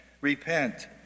Repent